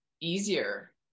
easier